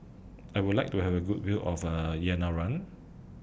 I Would like to Have A Good View of Yerevan